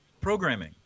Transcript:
programming